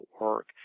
work